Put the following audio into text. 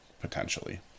potentially